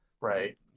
Right